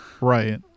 right